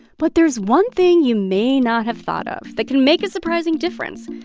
but there's one thing you may not have thought of that can make a surprising difference,